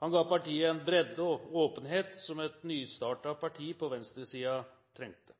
Han ga partiet en bredde og åpenhet som et nystartet parti på venstresiden trengte.